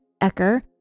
Ecker